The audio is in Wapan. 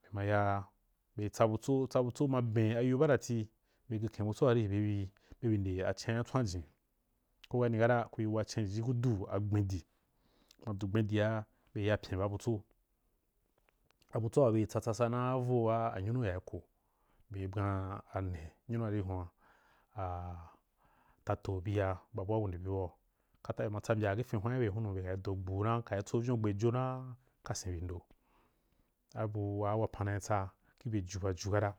be ma yaa be tsabutso, tsabutso ma ben ya yo badati be geken butso aji be bi nde acen tswanjinu ko kani kata ri wa cen aji ku du agben dū kuma du gben dia ku ri yapyen ba butso abutso waa be tsa tsa na avoa anyunu yai ko be bwan ane nyunu a ri hun ra a tatoh bua ba bua ku nde bi be ma tsa mbyau be tsa fin hwan gi byea be do gbuu na tso uyon kasen bi ndo abu waa wapan na tsa aju kata.